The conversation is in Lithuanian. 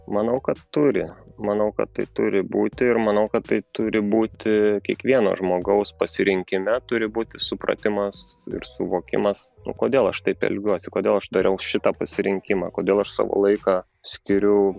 manau kad turi manau kad tai turi būti ir manau kad tai turi būti kiekvieno žmogaus pasirinkime turi būti supratimas ir suvokimas o kodėl aš taip elgiuosi kodėl aš dariau šitą pasirinkimą kodėl aš savo laiką skiriu